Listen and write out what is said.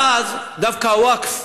ואז דווקא הווקף